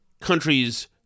countries